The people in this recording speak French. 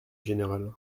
général